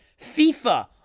FIFA